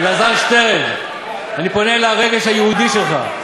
אלעזר שטרן, אני פונה לרגש היהודי שלך,